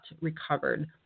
recovered